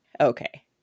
Okay